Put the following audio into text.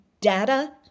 Data